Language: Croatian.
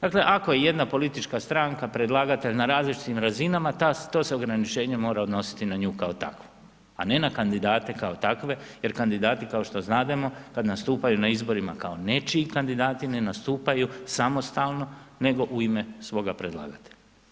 Dakle, ako je jedan politička stranka predlagatelj, na različitim razinama, to se ograničenje mora odnositi na nju kao takvu, a ne na kandidate kao takve, jer kandidati, kao što znademo, kada nastupaju na izborima, kao nečiji kandidati, ne nastupaju samostalno nego i ime svoga predlagatelja.